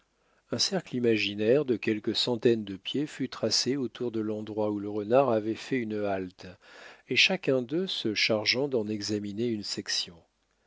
un cercle imaginaire de quelques centaines de pieds fut tracé autour de l'endroit où le renard avait fait une halte et chacun d'eux se chargea d'en examiner une section